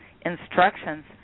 instructions